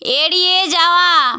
এড়িয়ে যাওয়া